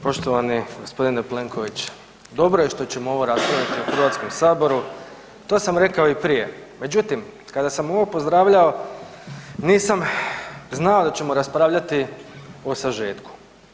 Poštovani g. Plenković, dobro je što ćemo ovo raspraviti u HS-u, to sam rekao i prije, međutim, kada sam ovo pozdravljao, nisam znao da ćemo raspravljati o sažetku.